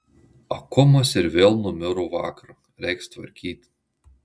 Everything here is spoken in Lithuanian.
akumas ir vėl numiro vakar reiks tvarkyt